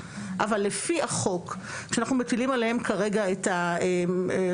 אבל לפי החוק כשאנחנו מטילים עליהם כרגע את --- אחריות.